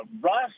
rust